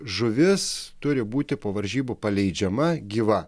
žuvis turi būti po varžybų paleidžiama gyva